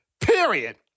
period